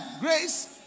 grace